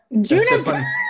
Juniper